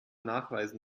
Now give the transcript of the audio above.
nachweisen